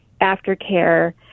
aftercare